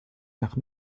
nach